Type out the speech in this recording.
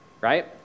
right